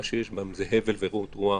מה שיש בהן זה הבל ורעות רוח